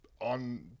on